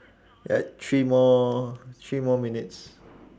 ya three more three more minutes